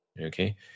Okay